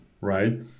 right